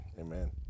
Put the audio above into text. Amen